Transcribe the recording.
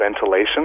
ventilation